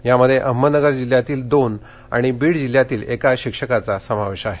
यामध्ये अहमदनगर जिल्ह्यातील दोन आणि बीड जिल्ह्यातील एका शिक्षकाचा समावेश आहे